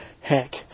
Heck